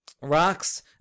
rocks